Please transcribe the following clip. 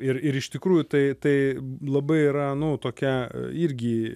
ir ir iš tikrųjų tai tai labai yra nu tokia irgi